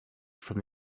from